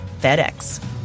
FedEx